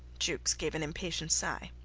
jukes gave an impatient sigh.